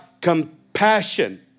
compassion